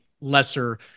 lesser